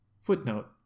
Footnote